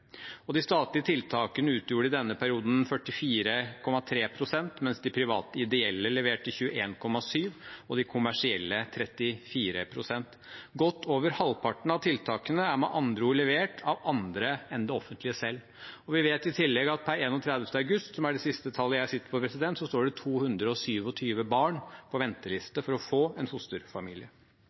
De statlige tiltakene utgjorde i denne perioden 44,3 pst., mens de private ideelle leverte 21,7 pst. og de kommersielle 34 pst. Godt over halvparten av tiltakene er med andre ord levert av andre enn det offentlige selv. Vi vet i tillegg at per 31. august, som er det siste tallet jeg sitter på, står det 227 barn på venteliste for å få en fosterfamilie.